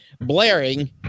blaring